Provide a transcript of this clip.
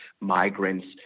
migrants